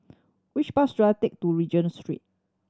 which bus should I take to Regent Street